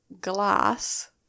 glass